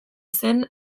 zen